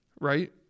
Right